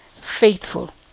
faithful